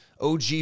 OG